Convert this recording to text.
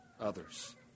others